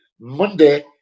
Monday